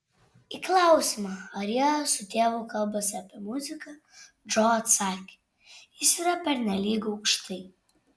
į klausimą ar jie su tėvu kalbasi apie muziką džo atsakė jis yra pernelyg aukštai